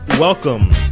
Welcome